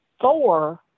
four